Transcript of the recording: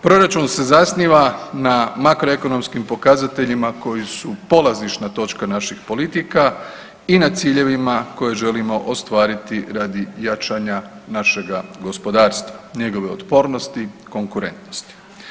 Proračun se zasniva na makroekonomskim pokazateljima koji su polazišna točka naših politika i na ciljevima koje želimo ostvariti radi jačanja našega gospodarstva, njegove otpornosti konkurentnosti.